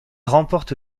remporte